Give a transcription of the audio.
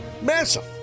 Massive